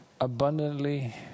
abundantly